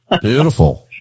Beautiful